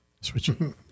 Switching